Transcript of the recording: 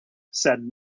said